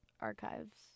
archives